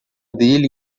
dele